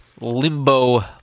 limbo